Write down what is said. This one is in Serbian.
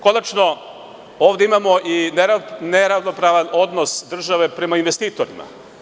Konačno, ovde imamo i neravnopravan odnos države prema investitorima.